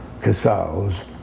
casals